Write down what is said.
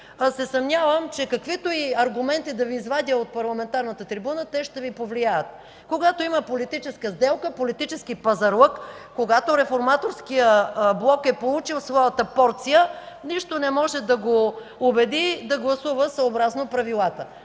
се съмнявам, че каквито и аргументи да Ви извадя от парламентарната трибуна, те ще Ви повлияят. Когато има политическа сделка, политически пазарлък, когато Реформаторският блок е получил своята порция, нищо не може да го убеди да гласува съобразно правилата.